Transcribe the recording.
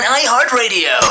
iHeartRadio